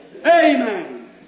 Amen